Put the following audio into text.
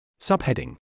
Subheading